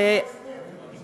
זה נשמע כמו הספד,